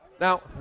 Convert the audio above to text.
Now